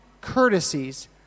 courtesies